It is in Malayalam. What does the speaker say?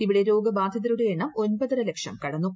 ഇവിടെ രോഗബാധിതരുടെ എണ്ണം ഒൻപതര ലക്ഷം കടന്നു